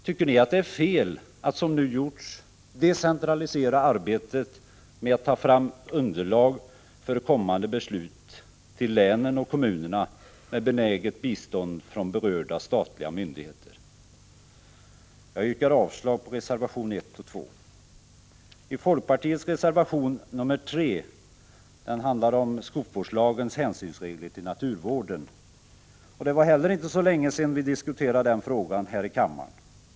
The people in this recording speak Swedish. Tycker ni att det är fel att, som nu gjorts, decentralisera arbetet med att ta fram underlaget för kommande beslut till länen och kommunerna med benäget bistånd från berörda statliga myndigheter? Jag yrkar avslag på reservationerna 1 och 2. Folkpartiets reservation nr 3 handlar om skogsvårdslagens regler om hänsyn till naturvården. Det var heller inte så länge sedan vi diskuterade den frågan i kammaren.